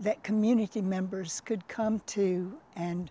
that community members could come to and